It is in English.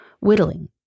Whittling